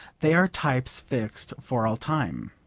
they are types fixed for all time.